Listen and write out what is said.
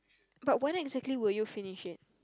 but when exactly will you finish it